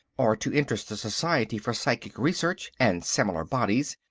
or to interest the society for psychic research, and similar bodies,